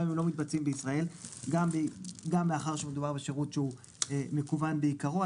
גם אם הם לא מתבצעים בישראל וגם מאחר שמדובר בשירות שהוא מקוון בעיקרו,